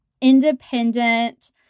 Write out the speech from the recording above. independent